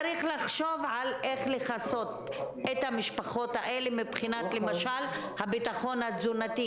צריך לחשוב על איך לכסות את המשפחות מבחינת ביטחון תזונתי,